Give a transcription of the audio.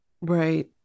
right